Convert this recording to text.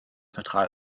neutral